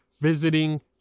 visiting